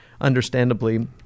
understandably